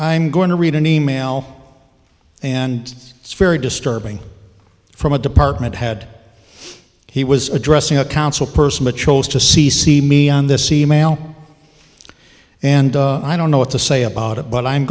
i'm going to read an email and it's very disturbing from a department had he was addressing a council person but chose to c c me on this email and i don't know what to say about it but i'm